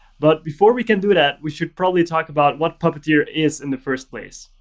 but before we can do that, we should probably talk about what puppeteer is in the first place.